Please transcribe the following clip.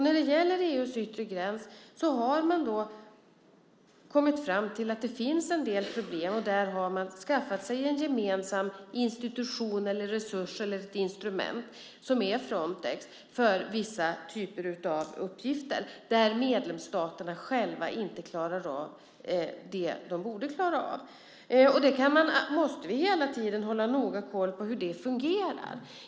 När det gäller EU:s yttre gräns har man kommit fram till att det finns en del problem. Därför har man skaffat sig en gemensam institution, resurs eller ett instrument, som är Frontex, för vissa typer av uppgifter när medlemsstaterna inte klarar av det som de borde klara av. Vi måste hela tiden hålla noga koll på hur det fungerar.